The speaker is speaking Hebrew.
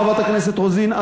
חברת הכנסת רוזין,